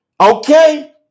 Okay